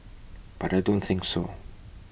but I don't think so